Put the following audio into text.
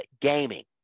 gaming